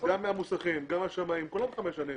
גם המוסכים, גם השמאים כולם זה חמש שנים.